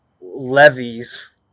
levies